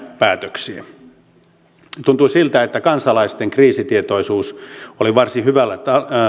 päätöksiä tuntui siltä että kansalaisten kriisitietoisuus oli varsin hyvällä